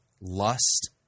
lust